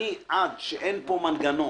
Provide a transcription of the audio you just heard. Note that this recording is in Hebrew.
אני עד שאין פה מנגנון